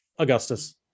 Augustus